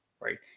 right